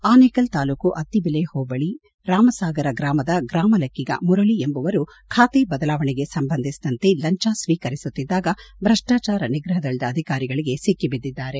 ಆನೇಕಲ್ ತಾಲೂಕು ಅತ್ತಿಬೆಲೆ ಹೋಬಳಿ ರಾಮಸಾಗರ ಗ್ರಾಮದ ಗ್ರಾಮಲೆಕ್ಕಿಗ ಮುರಳಿ ಎಂಬುವರು ಖಾತೆ ಬದಲಾವಣೆಗೆ ಸಂಬಂಧಿಸಿದಂತೆ ಲಂಚ ಸ್ವೀಕರಿಸುತ್ತಿದ್ದಾಗ ಭ್ರಷ್ಟಚಾರ ನಿಗ್ರಹದಳದ ಅಧಿಕಾರಿಗಳಿಗೆ ಸಿಕ್ಕಿಬಿದ್ದಿದ್ದಾರೆ